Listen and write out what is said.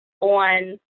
on